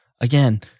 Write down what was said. again